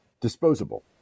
disposable